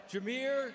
Jameer